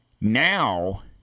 Now